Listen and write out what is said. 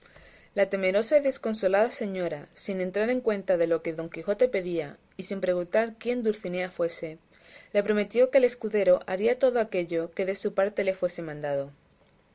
la temerosa y desconsolada señora sin entrar en cuenta de lo que don quijote pedía y sin preguntar quién dulcinea fuese le prometió que el escudero haría todo aquello que de su parte le fuese mandado